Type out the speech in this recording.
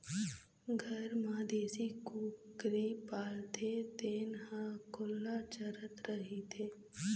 घर म देशी कुकरी पालथे तेन ह खुल्ला चरत रहिथे